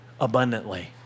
abundantly